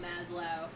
Maslow